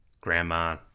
Grandma